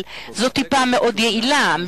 אבל זו טיפה מאוד יעילה,